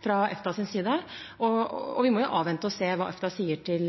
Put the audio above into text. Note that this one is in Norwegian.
fra EFTAs side om hvorvidt man kan ha registeret, og vi må avvente og se hva EFTA sier til